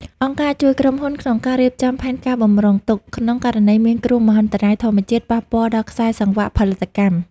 អង្គការជួយក្រុមហ៊ុនក្នុងការរៀបចំផែនការបម្រុងទុក ក្នុងករណីមានគ្រោះមហន្តរាយធម្មជាតិប៉ះពាល់ដល់ខ្សែសង្វាក់ផលិតកម្ម។